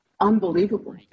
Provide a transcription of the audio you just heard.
unbelievable